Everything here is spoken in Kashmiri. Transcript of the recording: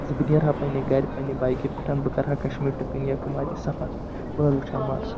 زِ بہٕ نیرٕ ہا پَننہِ گھرِ پَننہِ بایکہِ پٮ۪ٹھ بہٕ کرٕ ہا کَشمیٖر ٹُو کٔنیاکُماری سَفر بہٕ حظ وُچھہٕ ہا مَزٕ